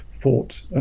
fought